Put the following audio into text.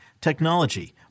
technology